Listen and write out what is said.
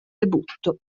debutto